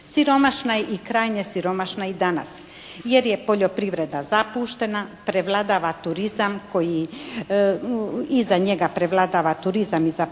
Siromašna je i krajnje siromašna i danas jer je poljoprivreda zapuštena. Prevladava turizam koji, iza njega prevladava turizam iza